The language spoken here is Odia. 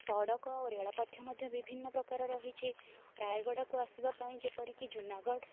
ସଡ଼କ ଆଉ ରେଳପଥ ମଧ୍ୟ ବିଭିନ୍ନ ପ୍ରକାରର ରହିଛି ରାୟଗଡ଼ା କୁ ଆସିବା ପାଇଁ ଯେପରି କି ଜୁନାଗଡ଼